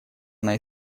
она